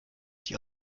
die